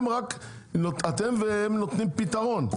אתם והם נותנים פתרון.